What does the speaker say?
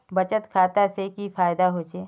बचत खाता से की फायदा होचे?